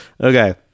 Okay